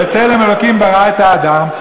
בצלם אלוקים ברא את האדם.